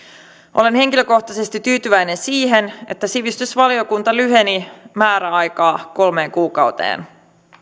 olen henkilökohtaisesti tyytyväinen siihen että sivistysvaliokunta lyhensi määräaikaa kolmeen kuukauteen